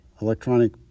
electronic